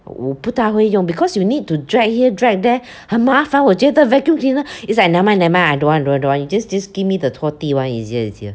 我不太会用 because you need to drag here drag there 很麻烦我觉得 vacuum cleaner is I nevermind nevermind I don't want don't want don't want you just just give me the 拖地 one easier easier